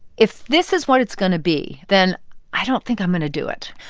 if this is what it's going to be, then i don't think i'm going to do it.